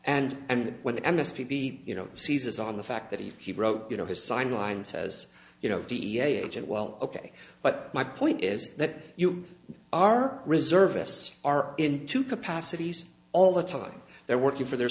and and when the n s p be you know seizes on the fact that he he wrote you know his sign line says you know dea agent well ok but my point is that you are reservists are into capacities all the time they're working for their